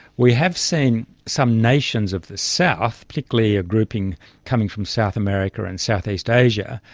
we have seen some nations of the south, particularly a grouping coming from south america and southeast asia,